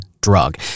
drug